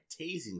tasing